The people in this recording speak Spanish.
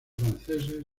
franceses